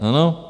Ano?